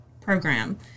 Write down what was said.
program